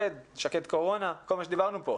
לא.